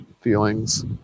feelings